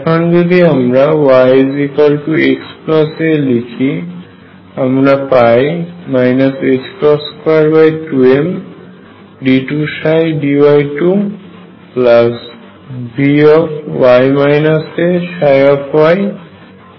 এখন যদি আমরা yxa লিখি আমরা পাই 22md2dy2Vy ayEψy